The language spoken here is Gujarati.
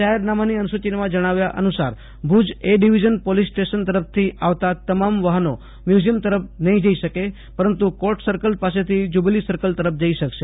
જાહેરનામાની અનુસૂચિમાં જણાવ્યા અનુસાર Bhuj A division police station તરફથી આવતા તમામ વાહનો મ્યુઝિયમ તરફ નહી જઈ શકે પરંતુ કોર્ટ સર્કલ પાસેથી જયુબીલી સર્કલ તરફ જઇ શકશે